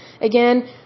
Again